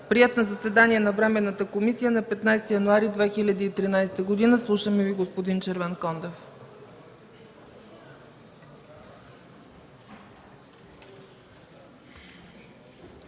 приет на заседание на временната комисия на 15 януари 2013 г. Слушаме Ви, господин Червенкондев.